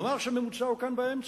נאמר שהממוצע הוא כאן, באמצע.